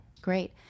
Great